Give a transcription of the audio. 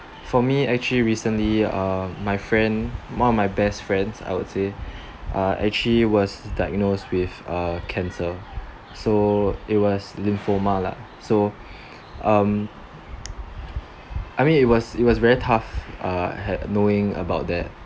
for me actually recently uh my friend one of my best friends I would say uh actually was diagnosed with uh cancer so it was lymphoma lah so um I mean it was it was very tough uh had knowing about that